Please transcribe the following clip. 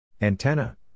Antenna